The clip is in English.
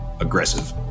aggressive